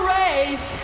race